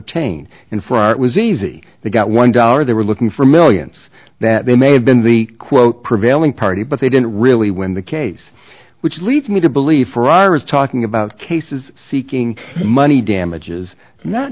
front was easy they got one dollar they were looking for millions that they may have been the quote prevailing party but they didn't really win the case which leads me to believe frier is talking about cases seeking money damages not